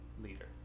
leader